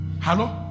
Hello